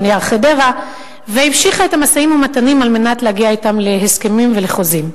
"נייר חדרה" והמשיכה את המשאים-ומתנים על מנת להגיע אתם להסכם ולחוזים.